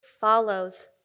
follows